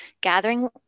gathering